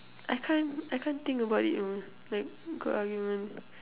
I can't I can't think about it you know like good argument